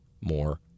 more